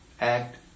act